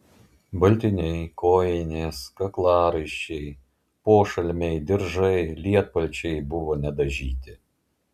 baltiniai kojinės kaklaraiščiai pošalmiai diržai lietpalčiai buvo nedažyti